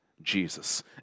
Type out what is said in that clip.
Jesus